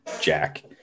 jack